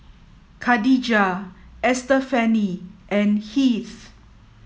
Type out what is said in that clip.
Khadijah Estefany and Heath